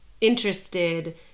interested